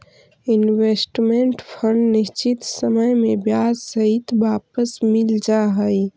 investment fund निश्चित समय में ब्याज सहित वापस मिल जा हई